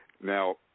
Now